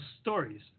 stories